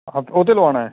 up ਉਹ 'ਤੇ ਲਵਾਉਣਾ ਹੈ